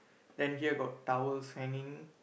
then here got towels hanging